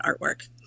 artwork